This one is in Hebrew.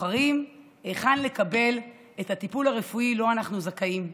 בוחרים היכן לקבל את הטיפול הרפואי שאנחנו זכאים לו,